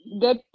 get